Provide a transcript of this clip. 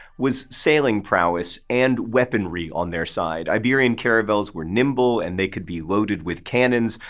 was sailing prowess and weaponry on their side. iberian caravels were nimble and they could be loaded with cannons.